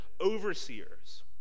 overseers